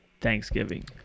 Thanksgiving